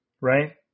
right